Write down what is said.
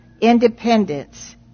independence